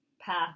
path